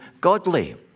godly